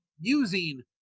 Using